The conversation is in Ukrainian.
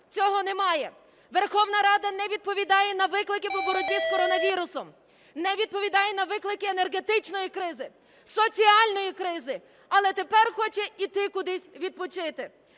цього немає. Верховна Рада не відповідає на виклики по боротьбі з коронавірусом, не відповідає на виклики енергетичної кризи, соціальної кризи, але тепер хоче іти кудись відпочити.